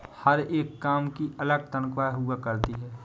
हर एक काम की अलग तन्ख्वाह हुआ करती है